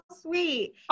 sweet